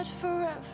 forever